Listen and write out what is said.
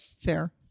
fair